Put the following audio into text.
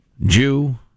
Jew